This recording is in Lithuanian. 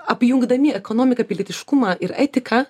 apjungdami ekonomiką pilietiškumą ir etiką